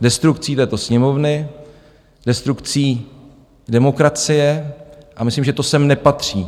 Destrukcí této Sněmovny, destrukcí demokracie a myslím, že to sem nepatří.